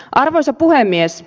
arvoisa puhemies